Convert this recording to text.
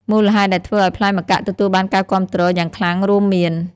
មូលហេតុដែលធ្វើឲ្យផ្លែម្កាក់ទទួលបានការគាំទ្រយ៉ាងខ្លាំងរួមមាន